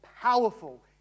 powerful